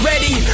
ready